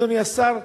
אדוני השר,